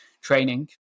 training